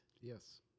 yes